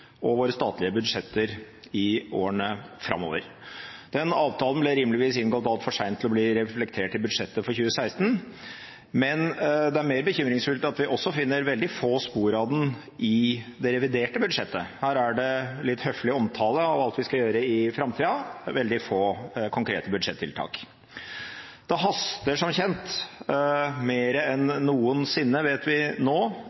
og våre statlige budsjetter i årene framover. Den avtalen ble rimeligvis inngått altfor sent til å bli reflektert i budsjettet for 2016, men det er mer bekymringsfullt at vi også finner veldig få spor av den i det reviderte budsjettet. Her er det litt høflig omtale av alt vi skal gjøre i framtida, men veldig få konkrete budsjettiltak. Det haster som kjent – mer enn noensinne, vet vi nå